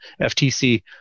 FTC